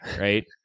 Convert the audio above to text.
right